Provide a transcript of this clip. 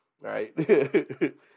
Right